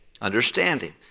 understanding